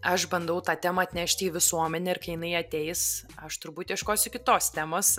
aš bandau tą temą atnešti į visuomenę ir kai jinai ateis aš turbūt ieškosiu kitos temos